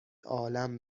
عالم